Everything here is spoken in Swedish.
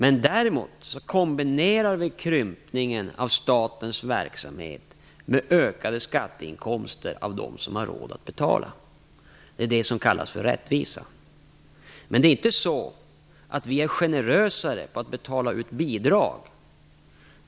Däremot kombinerar vi krympningen av statens verksamhet med ökade skatteinkomster från dem som har råd att betala. Det är vad som kallas rättvisa. Vi är inte generösare med att betala ut bidrag.